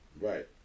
Right